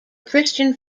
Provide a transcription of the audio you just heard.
christian